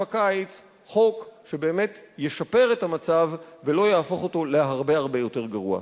הקיץ חוק שבאמת ישפר את המצב ולא יהפוך אותו להרבה הרבה יותר גרוע.